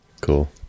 Cool